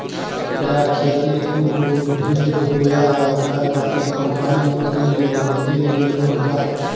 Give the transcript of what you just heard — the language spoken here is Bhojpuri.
जेकरा खेत खूब ढेर होला ओकरा खातिर कम्पाईन मशीन बहुते नीमन बा